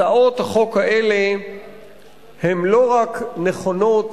הצעות החוק האלה הן לא רק נכונות